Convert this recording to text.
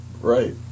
Right